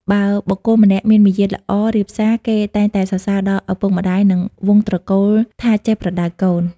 បើបុគ្គលម្នាក់មានមារយាទល្អ រាបសារ គេតែងតែសរសើរដល់ឪពុកម្ដាយ និងវង្សត្រកូលថាចេះប្រដៅកូន។